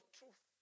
truth